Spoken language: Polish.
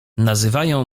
nazywają